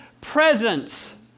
presence